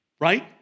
right